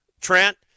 Trent